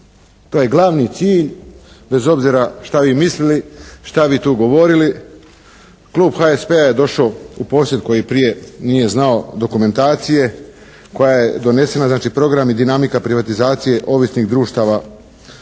To je glavni cilj bez obzira šta vi mislili, šta vi tu govorili. Klub HSP-a je došao u posjed koji prije nije znao dokumentacije koja je donesena, znači program i dinamika privatizacije ovisnih društava